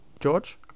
George